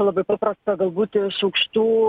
labai paprasta galbūt iš aukštų